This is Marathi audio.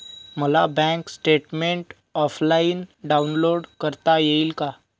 मला बँक स्टेटमेन्ट ऑफलाईन डाउनलोड करता येईल का?